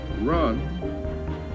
run